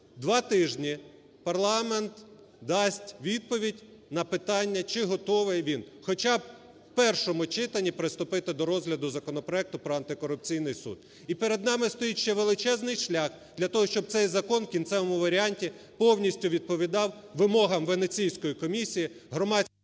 два тижні парламент дасть відповідь на питання, чи готовий він, хоча б у першому читанні, приступити до розгляду законопроекту про Антикорупційний суд. І перед нами стоїть ще величезний шлях для того, щоб цей закон в кінцевому варіанті повністю відповідав вимогам Венеційської комісії, громадським…